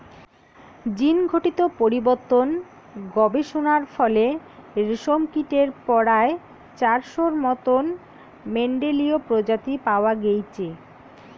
জীনঘটিত পরিবর্তন গবেষণার ফলে রেশমকীটের পরায় চারশোর মতন মেন্ডেলীয় প্রজাতি পাওয়া গেইচে